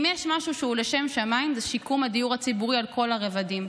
אם יש משהו שהוא לשם שמיים זה שיקום הדיור הציבורי על כל הרבדים.